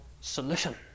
solution